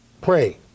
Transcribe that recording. Pray